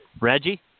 Reggie